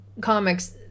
comics